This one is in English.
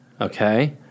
Okay